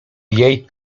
jej